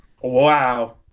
Wow